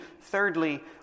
Thirdly